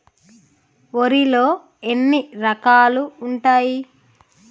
వరిలో ఎన్ని రకాలు ఉంటాయి?